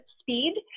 speed